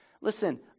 listen